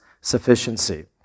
sufficiency